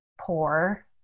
poor